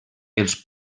els